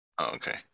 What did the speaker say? Okay